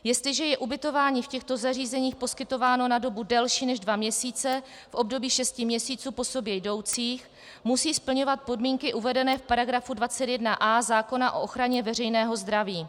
Jestliže je ubytování v těchto zařízeních poskytováno na dobu delší než dva měsíce v období šesti měsíců po sobě jdoucích, musí splňovat podmínky uvedené v § 21a zákona o ochraně veřejného zdraví.